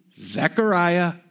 Zechariah